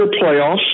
playoffs